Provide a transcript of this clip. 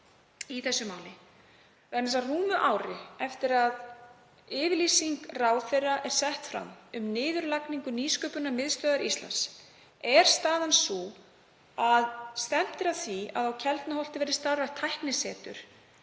vegna þess að rúmu ári eftir að yfirlýsing ráðherra var sett fram, um niðurlagningu Nýsköpunarmiðstöðvar Íslands, er staðan sú að stefnt er að því að á Keldnaholti verði starfrækt tæknisetur